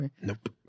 Nope